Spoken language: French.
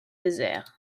désert